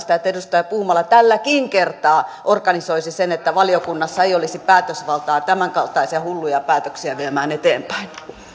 sitä että edustaja puumala tälläkin kertaa organisoisi sen että valiokunnassa ei olisi päätösvaltaa tämänkaltaisia hulluja päätöksiä viedä eteenpäin